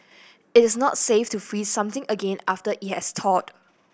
it is not safe to freeze something again after it has thawed